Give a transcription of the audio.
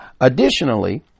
Additionally